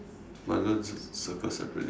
but I'm gonna cir~ circle separately